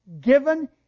given